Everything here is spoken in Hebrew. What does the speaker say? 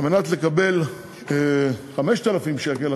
על מנת לקבל 5,000 שקל,